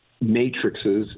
matrices